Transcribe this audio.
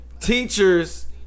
Teachers